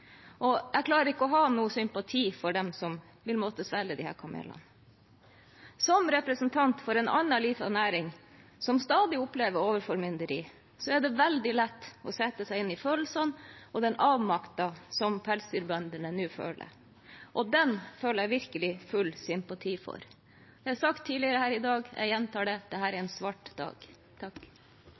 svelge. Jeg klarer ikke å ha noen sympati for dem som vil måtte svelge disse kamelene. Som representant for en annen liten næring som stadig opplever overformynderi, er det veldig lett å sette seg inn i følelsene til pelsdyrbøndene, og den avmakten de nå føler. Det har jeg virkelig full sympati for. Det er sagt tidligere her i dag, og jeg gjentar det: Dette er en svart dag.